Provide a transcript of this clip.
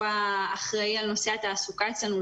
שהוא האחראי על נושא התעסוקה אצלנו,